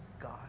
God